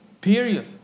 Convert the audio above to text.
period